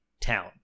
town